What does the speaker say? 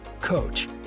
coach